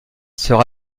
sera